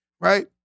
right